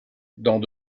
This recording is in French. dans